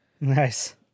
Nice